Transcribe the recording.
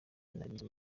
narize